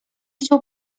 chciał